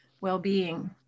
well-being